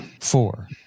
four